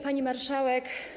Pani Marszałek!